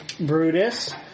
Brutus